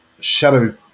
shadow